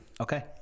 Okay